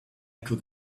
could